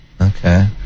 Okay